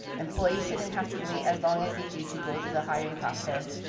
employees shouldn't have to wait as long as they do to go through the hiring process.